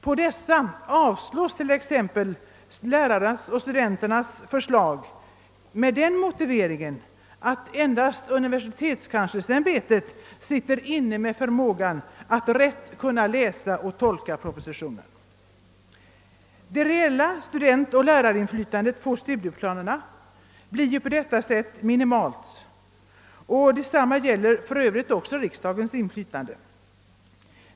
På dessa avslås t.ex. lärarnas och studenternas förslag med den motiveringen att endast universitetskanslersämbetet sitter inne med förmågan att rätt kunna läsa och tolka propositionen. Det reella studentoch lärarinflytandet på studieplanerna blir på detta sätt minimalt, och detsamma gäller för övrigt också riksdagens inflytande.